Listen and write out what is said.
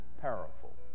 powerful